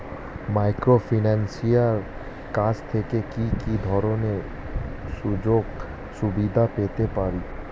মাইক্রোফিন্যান্সের কাছ থেকে কি কি ধরনের সুযোগসুবিধা পেতে পারি?